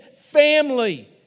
family